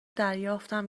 دریافتم